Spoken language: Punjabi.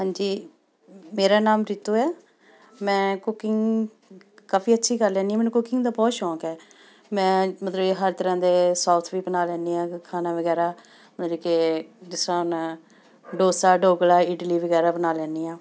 ਹਾਂਜੀ ਮੇਰਾ ਨਾਮ ਰੀਤੂ ਹੈ ਮੈਂ ਕੁਕਿੰਗ ਕਾਫੀ ਅੱਛੀ ਕਰ ਲੈਂਦੀ ਮੈਨੂੰ ਕੁਕਿੰਗ ਦਾ ਬਹੁਤ ਸ਼ੌਕ ਹੈ ਮੈਂ ਮਤਲਬ ਕਿ ਹਰ ਤਰ੍ਹਾਂ ਦੇ ਸੋਸ ਵੀ ਬਣਾ ਲੈਂਦੀ ਹਾਂ ਖਾਣਾ ਵਗੈਰਾ ਮਤਲਵ ਕਿ ਜਿਸ ਤਰ੍ਹਾਂ ਮੈਂ ਡੋਸਾ ਡੋਕਲਾ ਇਡਲੀ ਵਗੈਰਾ ਬਣਾ ਲੈਂਦੀ ਹਾਂ